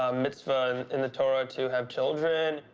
ah mitzvah in the torah to have children.